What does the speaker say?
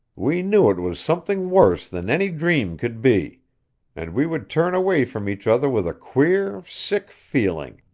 we knew it was something worse than any dream could be and we would turn away from each other with a queer, sick feeling,